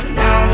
now